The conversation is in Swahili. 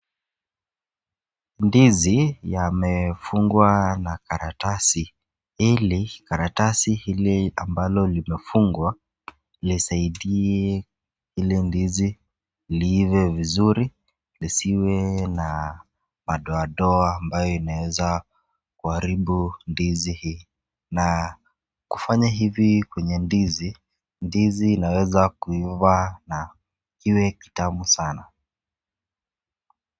Ndizi yamefungwa na karatasi ili karatasi ili ambalo limefungwa yasaidie hili ndizi liive vizuri lisiwe na madoadoa ambayo inaweza kuharibu ndizi hii na kwa kufanya hivi kwenye ndizi, ndizi inaweza kuiva na iwe kitamu sana.